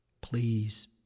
Please